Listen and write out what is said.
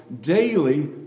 daily